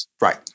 Right